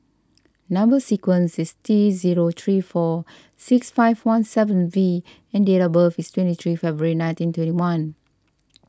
Number Sequence is T zero three four six five one seven V and date of birth is twenty three February nineteen twenty one